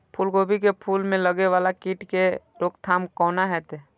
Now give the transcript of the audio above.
फुल गोभी के फुल में लागे वाला कीट के रोकथाम कौना हैत?